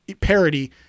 parody